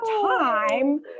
time